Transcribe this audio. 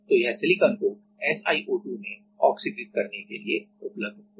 तो यह सिलिकॉन को SiO2 में ऑक्सीकृत करने के लिए उपलब्ध होगा